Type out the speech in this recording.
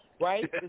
right